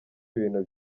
ibintu